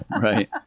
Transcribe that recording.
Right